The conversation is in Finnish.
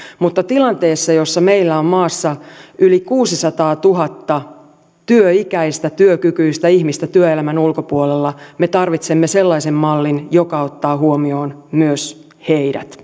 mutta tilanteessa jossa meillä on maassa yli kuusisataatuhatta työikäistä työkykyistä ihmistä työelämän ulkopuolella me tarvitsemme sellaisen mallin joka ottaa huomioon myös heidät